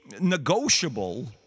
negotiable